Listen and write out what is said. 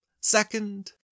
Second